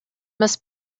must